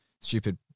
stupid